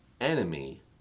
enemy